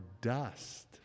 dust